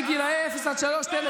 גם מגיל 6 עד 12,